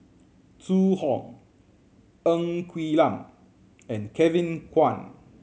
Zhu Hong Ng Quee Lam and Kevin Kwan